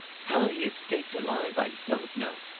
how he escaped alive i don't know.